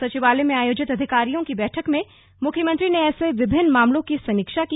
सचिवालय में आयोजित अधिकारियों की बैठक में मुख्यमंत्री ने ऐसे विभिन्न मामलों की समीक्षा की